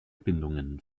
bindungen